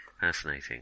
Fascinating